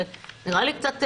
נראה לי קצת מוזר.